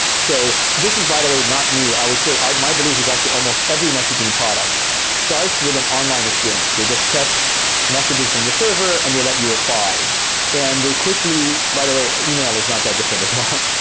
so this is by the way not new. i would say my belief is actually almost every messaging product starts with an online experience. they just fetch messages from the server and they let you reply and they quickly by the way, email is not the different as well.